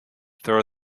throw